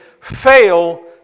fail